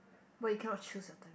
wait you cannot choose your turn